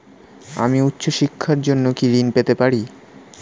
আমি উচ্চশিক্ষার জন্য কি ঋণ পেতে পারি?